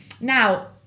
now